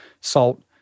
salt